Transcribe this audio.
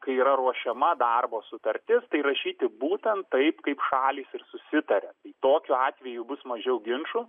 kai yra ruošiama darbo sutartis tai rašyti būtent taip kaip šalys susitaria tokiu atveju bus mažiau ginčų